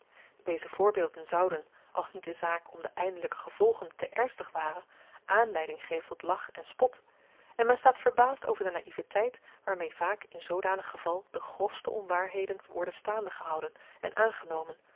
deze voorbeelden zouden als niet de zaak om de eindelyke gevolgen te ernstig ware aanleiding geven tot lach en spot en men staat verbaasd over de naïveteit waarmee vaak in zoodanig geval de grofste onwaarheden worden staande gehouden en aangenomen